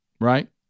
Right